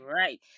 right